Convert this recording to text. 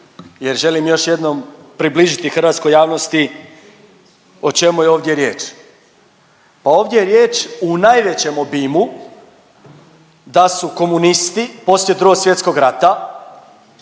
jer želim još jednom približiti hrvatskoj javnosti o čemu je ovdje riječ. Pa ovdje je riječ u najvećem obimu da su komunisti poslije Drugog svjetskog rata